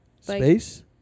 Space